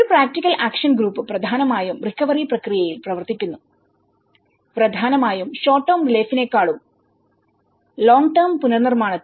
ഒരു practical action group പ്രധാനമായും റിക്കവറിപ്രക്രിയയിൽ പ്രവർത്തിക്കുന്നു പ്രധാനമായും ഷോർട് ടെർമ് റിലീഫിനെക്കാളും ലോങ്ങ് ടെർമ് പുനർനിർമ്മാണത്തിൽ